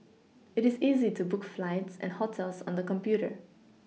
it is easy to book flights and hotels on the computer